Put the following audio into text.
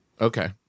Okay